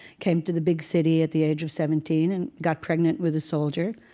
came to the big city at the age of seventeen and got pregnant with a soldier,